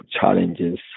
challenges